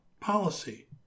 policy